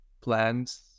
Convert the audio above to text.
plans